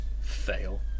Fail